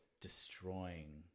destroying